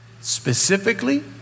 Specifically